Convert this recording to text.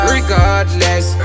Regardless